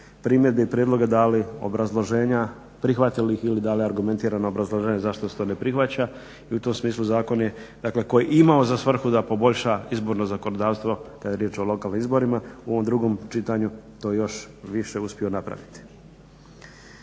primjedbe i prijedloge dali obrazloženja, prihvatili ih ili dali argumentirana obrazloženja zašto se to ne prihvaća. I u tom smislu zakon je dakle koji je imao za svrhu da poboljša izborno zakonodavstvo kad je riječ o lokalnim izborima u ovom drugom čitanju to još više uspio napraviti.